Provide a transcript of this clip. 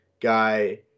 guy